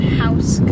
house